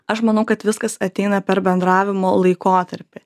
aš manau kad viskas ateina per bendravimo laikotarpį